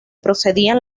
procedían